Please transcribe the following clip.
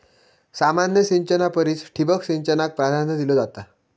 सामान्य सिंचना परिस ठिबक सिंचनाक प्राधान्य दिलो जाता